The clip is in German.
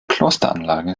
klosteranlage